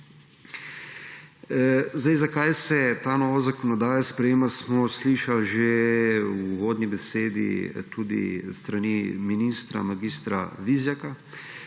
vsi. Zakaj se ta nova zakonodaja sprejema, smo slišali že v uvodni besedi tudi s strani ministra mag. Vizjaka